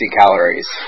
calories